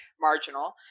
marginal